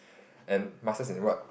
and masters in what